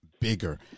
Bigger